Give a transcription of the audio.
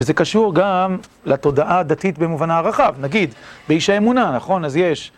וזה קשור גם לתודעה הדתית במובנה הרחב, נגיד, באיש האמונה, נכון? אז יש